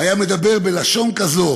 היה מדבר בלשון כזו,